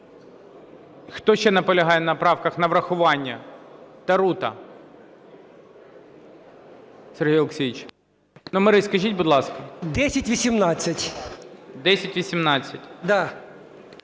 Хто ще наполягає на правках на врахування? Тарута Сергій Олексійович, номери скажіть, будь ласка. 11:02:26